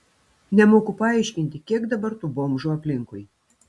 nemoku paaiškinti kiek dabar tų bomžų aplinkui